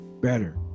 better